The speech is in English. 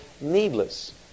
needless